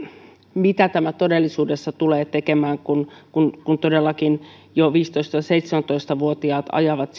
mitä tämä todellisuudessa tulee tekemään kun kun todellakin jo viisitoista viiva seitsemäntoista vuotiaat ajavat